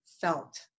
felt